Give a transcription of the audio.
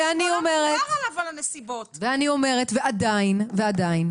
אני מבינה גם מההסכמות וגם מהמדיניות